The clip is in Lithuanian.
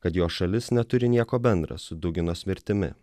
kad jo šalis neturi nieko bendra su duginos mirtimi